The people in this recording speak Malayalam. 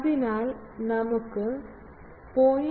അതിനാൽ നമുക്ക് 0